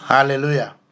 Hallelujah